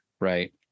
right